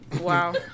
wow